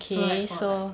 so like for like